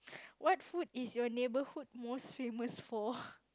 what food is your neighborhood most famous for